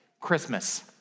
Christmas